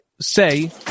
say